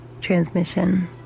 transmission